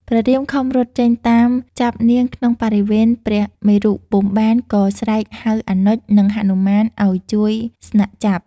ព្រះរាមខំរត់ចេញតាមចាប់នាងក្នុងបរិវេណព្រះមេរុពុំបានក៏ស្រែកហៅអនុជ និងហនុមានឱ្យជួយស្នាក់ចាប់។